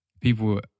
People